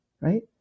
right